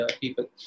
people